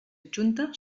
adjunta